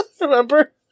Remember